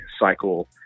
cycle